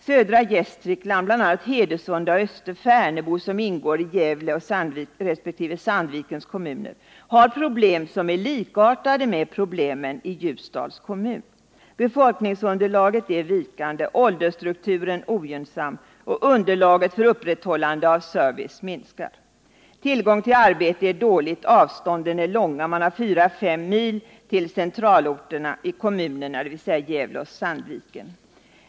Södra Gästrikland, bl.a. Hedesunda och Österfärnebo, som ingår i Gävle resp. Sandvikens kommun, har problem som är likartade problemen i Ljusdals kommun. Befolkningsunderlaget är här vikande, åldersstrukturen ogynnsam och underlaget för upprätthållande service minskar. Tillgången på arbete är dålig och avstånden långa. Man har 4-5 mil till centralorterna i kommunerna, dvs. Gävle och Sandviken.